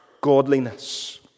godliness